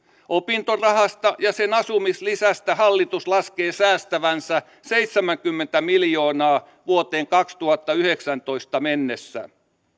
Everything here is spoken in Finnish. opintorahasta ja sen asumislisästä hallitus laskee säästävänsä seitsemänkymmentä miljoonaa vuoteen kaksituhattayhdeksäntoista mennessä